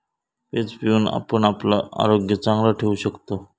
page पिऊन आपण आपला आरोग्य चांगला ठेवू शकतव